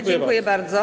Dziękuję bardzo.